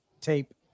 tape